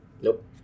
Nope